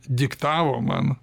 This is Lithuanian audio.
diktavo man